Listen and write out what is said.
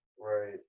Right